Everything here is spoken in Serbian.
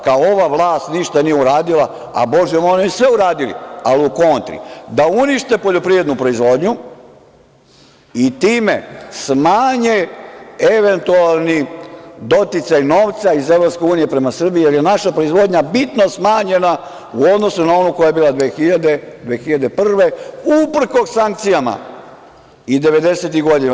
Kao – ova vlast ništa nije uradila, a bože moje, oni su sve uradili ali u kontri, da unište poljoprivrednu proizvodnju i time smanje eventualni doticaj novca iz EU prema Srbiji jer je naša proizvodnja bitno smanjena u odnosu na onu koja je bila 2000. godine, 2001. godine uprkos sankcijama i 90-tih godina.